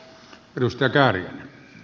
herra puhemies